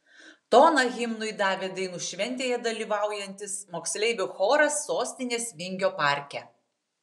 toną himnui davė dainų šventėje dalyvaujantis moksleivių choras sostinės vingio parke